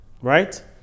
right